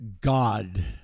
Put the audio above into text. God